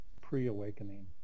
pre-awakening